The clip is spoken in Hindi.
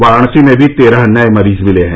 वाराणसी में भी तेरह नए मरीज मिले हैं